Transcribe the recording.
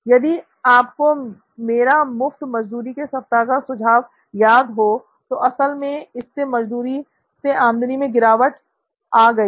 यदि आपको मेरा मुफ्त मजदूरी के सप्ताह का सुझाव याद हो तो असल में इससे मजदूरी से आमदनी मैं गिरावट आ गई थी